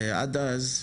עד אז,